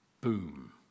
Boom